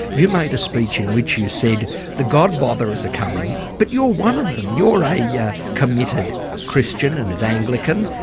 you made a speech in which you said the god botherers are coming. but you're one of them! you're a yeah committed christian and an anglican.